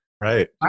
right